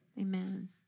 Amen